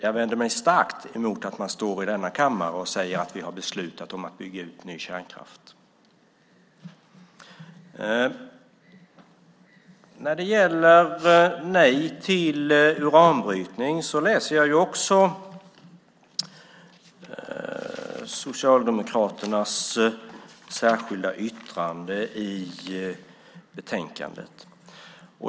Jag vänder mig alltså starkt mot att man står i denna kammare och säger att vi har beslutat om att bygga ny kärnkraft. När det gäller detta med nej till uranbrytning läser jag också Socialdemokraternas särskilda yttrande i betänkandet.